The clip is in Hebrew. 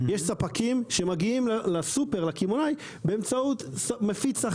יש ספקים שמגיעים לסופר לקמעונאי באמצעות מפיץ אחר.